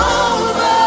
over